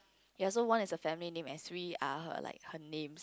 ya so one is a family name and three are her like her name